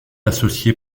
associé